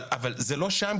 אבל זה לא שם,